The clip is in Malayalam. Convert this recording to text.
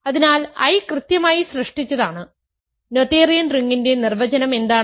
അതിനാൽ I കൃത്യമായി സൃഷ്ടിച്ചതാണ് നോതേറിയൻ റിങ്ങിന്റെ നിർവചനം എന്താണ്